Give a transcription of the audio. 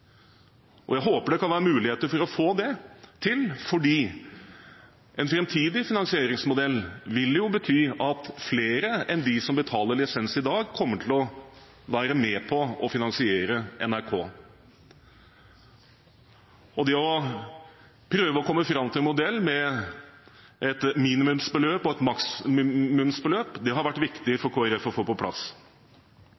Jeg håper det kan være mulig å få det til fordi en framtidig finansieringsmodell vil bety at flere enn dem som betaler lisens i dag, kommer til å være med på å finansiere NRK. Det å prøve å komme fram til og få på plass en modell med et minimumsbeløp og et maksimumsbeløp har vært viktig